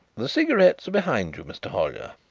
the cigarettes are behind you, mr. hollyer.